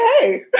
Okay